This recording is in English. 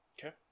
Okay